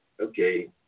okay